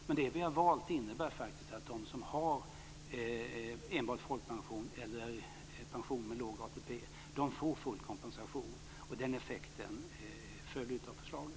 Men det vi har valt innebär faktiskt att de som har enbart folkpension eller pension med låg ATP får full kompensation. Den effekten följer av förslaget.